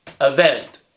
event